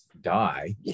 die